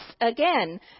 again